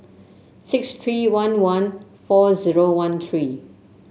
six three one one four zero one three